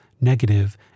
negative